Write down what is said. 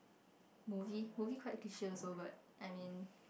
movie movie quite cliche also but I mean